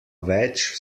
več